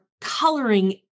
coloring